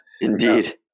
indeed